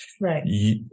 Right